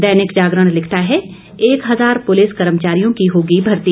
दैनिक जागरण लिखता है एक हजार पुलिस कर्मचारियों की होगी भर्ती